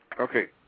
Okay